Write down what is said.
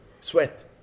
sweat